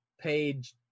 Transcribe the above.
page